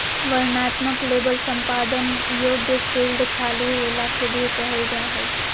वर्णनात्मक लेबल संपादन योग्य फ़ील्ड खाली होला के भी कहल जा हइ